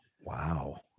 Wow